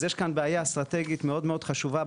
אז יש כאן בעיה אסטרטגית מאוד מאוד חשובה,